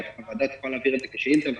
הוועדה תוכל להעביר את זה כשאילתה.